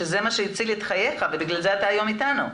שזה מה שהציל את חייך ובגלל זה היום אתה איתנו.